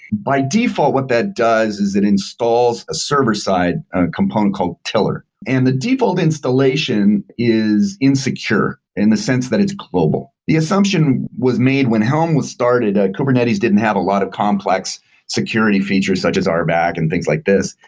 by default what that does is it installs a server-side component called tiller, and the default installation is insecure in the sense that it's global. the assumption was made when helm was started, ah kubernetes didn't have a lot of complex security features such as ah rbac and things like this,